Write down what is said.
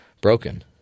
broken